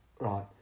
Right